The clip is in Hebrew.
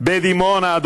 בדימונה,